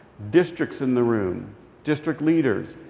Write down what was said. districts in the room district leaders,